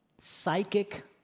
psychic